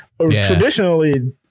Traditionally